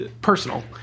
personal